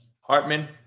Hartman